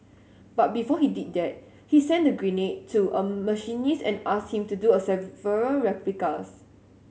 but before he did that he sent the grenade to a machinist and asked him to do a several replicas